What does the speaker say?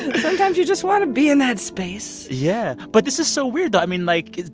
sometimes, you just want to be in that space yeah, but this is so weird, though. i mean, like,